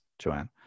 Joanne